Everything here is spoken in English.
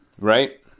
Right